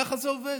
ככה זה עובד.